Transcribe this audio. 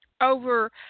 over